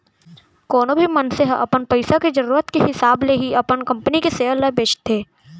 कोनो भी मनसे ह अपन पइसा के जरूरत के हिसाब ले ही अपन कंपनी के सेयर ल बेचथे